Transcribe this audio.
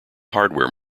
hardware